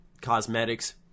cosmetics